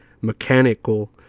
mechanical